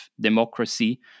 democracy